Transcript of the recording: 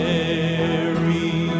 Mary